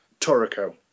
Toriko